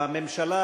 הממשלה